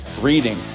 reading